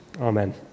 Amen